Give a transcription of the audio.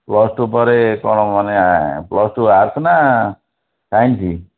plus two ପରେ କ'ଣ ମାନେ ପ୍ଲସ୍ ଟୁ ଆର୍ଟ୍ସ ନା ସାଇନ୍ସ